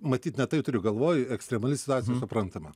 matyt ne tai turiu galvoj ekstremali situacija suprantama